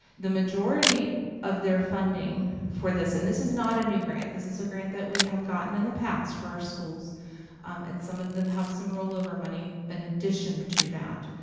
the majority of their funding for this, and this is not a new grant, this is a grant that we have gotten in the past for our schools and some of them have some rollover money in addition to that.